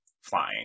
flying